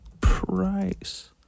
Price